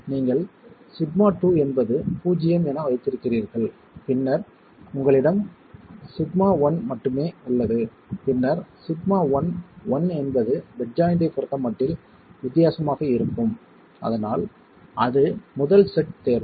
நீங்கள் σ2 என்பது பூஜ்ஜியம் என வைத்திருக்கிறீர்கள் பின்னர் உங்களிடம் σ1 மட்டுமே உள்ளது பின்னர்σ1 1 என்பது பெட் ஜாயிண்ட் ஐப் பொறுத்தமட்டில் வித்தியாசமாக இருக்கும் அதனால் அது முதல் செட் தேர்வு